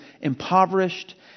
impoverished